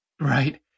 Right